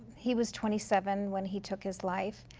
he was twenty seven when he took his life.